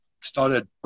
started